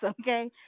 okay